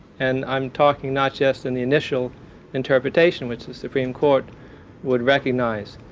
and i'm talking not just in the initial interpretation which the supreme court would recognize.